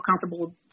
comfortable